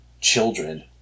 Children